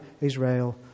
Israel